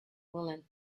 woolen